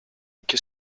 qu’est